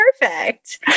perfect